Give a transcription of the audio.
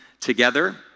together